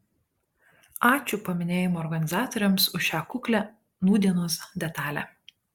ačiū paminėjimo organizatoriams už šią kuklią nūdienos detalę